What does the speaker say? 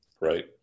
right